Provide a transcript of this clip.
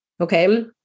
Okay